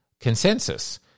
consensus